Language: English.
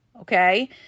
okay